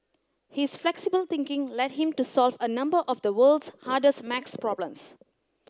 his flexible thinking led him to solve a number of the world's hardest maths problems